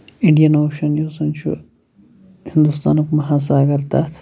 Indian ocean یُس زَن چھُ ہِندوستانُک مَحظ ساگر تَتھ